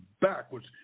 backwards